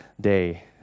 day